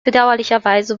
bedauerlicherweise